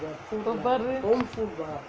இப்போ பாரு:ippo paaru